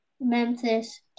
Memphis